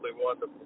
wonderful